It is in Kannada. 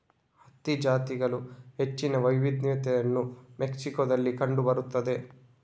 ಹತ್ತಿ ಜಾತಿಗಳ ಹೆಚ್ಚಿನ ವೈವಿಧ್ಯತೆಯು ಮೆಕ್ಸಿಕೋದಲ್ಲಿ ಕಂಡು ಬರುತ್ತದೆ